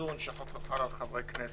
איזון שהחוק לא חל חברי על חברי כנסת,